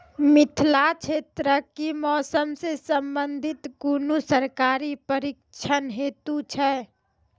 मिथिला क्षेत्रक कि मौसम से संबंधित कुनू सरकारी प्रशिक्षण हेतु छै?